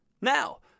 Now